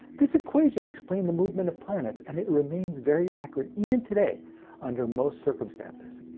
this equation explained the movement of planets, and it remains very accurate even today under most circumstances.